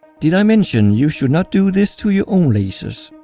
did i mention you should not do this to your own lasers?